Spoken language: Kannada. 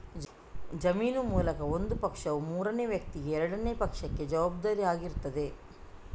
ಜಾಮೀನು ಮೂಲಕ ಒಂದು ಪಕ್ಷವು ಮೂರನೇ ವ್ಯಕ್ತಿಗೆ ಎರಡನೇ ಪಕ್ಷಕ್ಕೆ ಜವಾಬ್ದಾರಿ ಆಗಿರ್ತದೆ